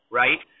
right